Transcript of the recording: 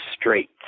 straight